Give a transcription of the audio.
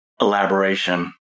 elaboration